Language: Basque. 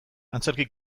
antzerki